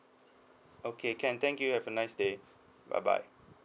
okay can thank you have a nice day bye bye